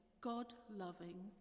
God-loving